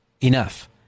enough